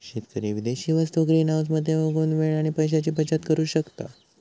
शेतकरी विदेशी वस्तु ग्रीनहाऊस मध्ये उगवुन वेळ आणि पैशाची बचत करु शकता